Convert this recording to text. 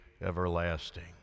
everlasting